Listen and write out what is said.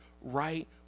right